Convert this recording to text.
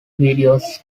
videos